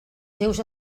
seus